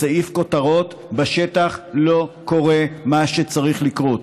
בסעיף כותרות, בשטח לא קורה מה שצריך לקרות.